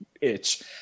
itch